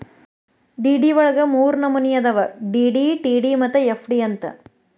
DD ವಳಗ ಮೂರ್ನಮ್ನಿ ಅದಾವು ಡಿ.ಡಿ, ಟಿ.ಡಿ ಮತ್ತ ಎಫ್.ಡಿ ಅಂತ್